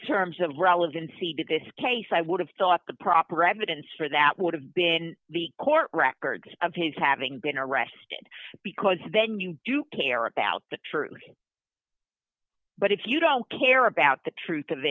terms of relevancy to this case i would have thought the proper evidence for that would have been the court records of his having been arrested because then you do care about the truth but if you don't care about the truth of